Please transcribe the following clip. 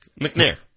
McNair